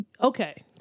Okay